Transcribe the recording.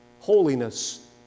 holiness